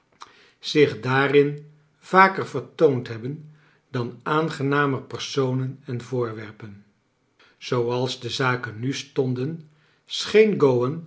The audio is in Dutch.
zich daarin vaker vertoond hebben dan aangenamer personenen voorwerpen zooals de zaken nu stonden scheen go